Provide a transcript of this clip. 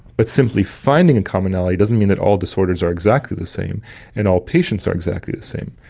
but simply finding a commonality doesn't mean that all disorders are exactly the same and all patients are exactly the same.